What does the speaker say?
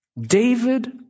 David